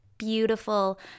beautiful